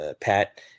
Pat